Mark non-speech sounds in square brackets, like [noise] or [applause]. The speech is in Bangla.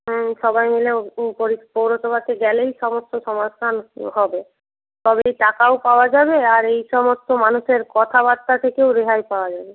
হুম সবাই মিলে পৌরসভাতে গেলেই সমস্ত [unintelligible] হবে তবেই টাকাও পাওয়া যাবে আর এই সমস্ত মানুষের কথাবার্তা থেকেও রেহাই পাওয়া যাবে